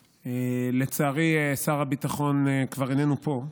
לצערי, שר הביטחון כבר איננו פה,